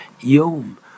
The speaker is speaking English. Yom